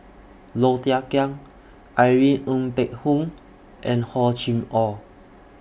Low Thia Khiang Irene Ng Phek Hoong and Hor Chim Or